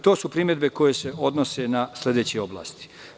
To su primedbe koje se odnose na sledeće oblasti.